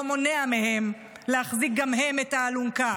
לא מונע מהם להחזיק גם הם את האלונקה